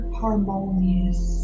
harmonious